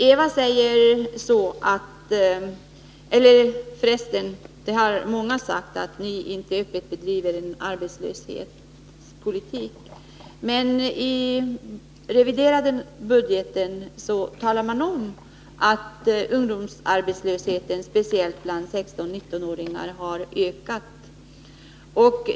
Eva Winther liksom många andra företrädare för regeringspartierna säger att man inte bedriver en arbetslöshetspolitik. Men i det reviderade budgetförslaget sägs att ungdomsarbetslösheten, speciellt den bland 16-19-åringar, har ökat.